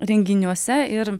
renginiuose ir